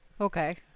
Okay